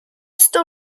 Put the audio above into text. still